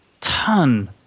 ton